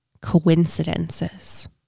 coincidences